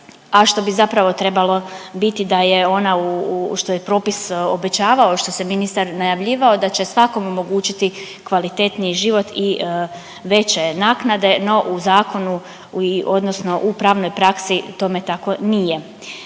a što bi zapravo trebalo biti da je ona u, što je propis obećavao, što se ministar najavljivao da će svakom omogućiti kvalitetniji život i veće naknade no u zakonu odnosno u pravnoj praksi tome tako nije.